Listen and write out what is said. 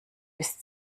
ist